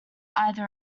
either